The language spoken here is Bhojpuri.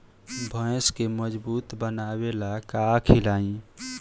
भैंस के मजबूत बनावे ला का खिलाई?